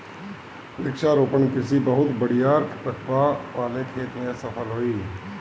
वृक्षारोपण कृषि बहुत बड़ियार रकबा वाले खेत में सफल होई